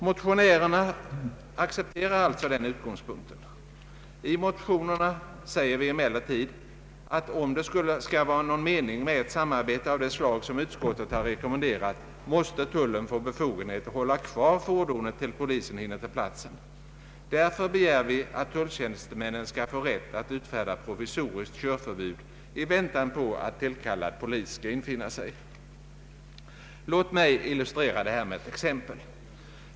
Motionärerna accepterar alltså den utgångspunkten. I motionerna säger vi emellertid, att om det skall vara någon mening med ett samarbete av det slag som utskottet har rekommenderat, måste tullen få befogenhet att hålla kvar fordonet tills polisen hinner komma till platsen. Därför begär vi att tulltjänstemännen skall få rätt att utfärda provisoriskt körförbud i väntan på att tillkallad polis skall infinna sig. Låt mig illustrera detta med ett exempel.